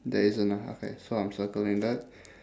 there isn't ah okay so I'm circling that